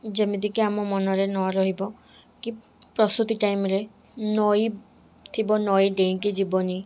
ଯେମିତିକା ଆମ ମନରେ ନ ରହିବ କି ପ୍ରସୂତି ଟାଇମ୍ରେ ନଈ ଥିବ ନଈ ଡେଇଁକି ଯିବନି